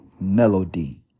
melody